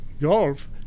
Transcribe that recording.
golf